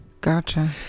Gotcha